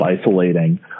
isolating